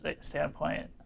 standpoint